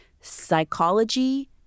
psychology